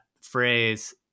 phrase